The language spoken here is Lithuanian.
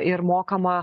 ir mokama